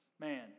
man